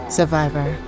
Survivor